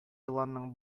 еланның